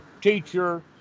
teacher